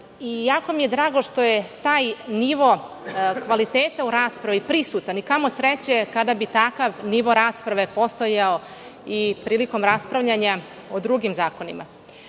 i jako mi je drago što je taj nivo kvaliteta u raspravi prisutan i kamo sreće kada bi takav nivo rasprave postojao i prilikom raspravljanja o drugim zakonima. Moram